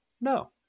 No